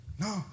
No